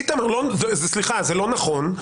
איתמר, זה לא נכון.